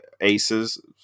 aces